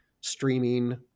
streaming